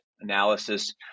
analysis